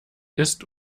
ist